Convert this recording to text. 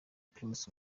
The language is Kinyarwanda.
primus